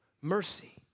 Mercy